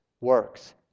works